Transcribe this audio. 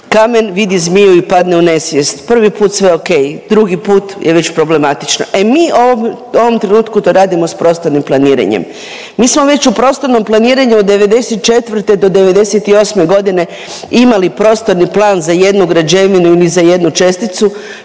kamen vidi zmiju i padne u nesvijest. Prvi put sve ok, drugi put je već problematično. E mi u ovom trenutku to radimo s prostornim planiranjem. Mi smo već u prostornom planiranju od '94. do '98. godine imali prostorni plan za jednu građevinu ili za jednu česticu